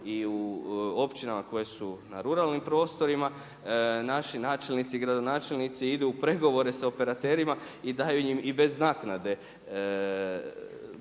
i u općinama koje su na ruralnim prostorima, naši načelnici i gradonačelnici idu u pregovore sa operaterima i daju im i bez naknade da